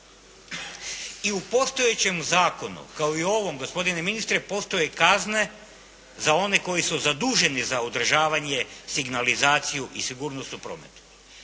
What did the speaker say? I u postojećem zakonu kao i u ovom, gospodine ministre, postoje kazne za one koji su zaduženi za održavanje, signalizaciju i sigurnost u prometu.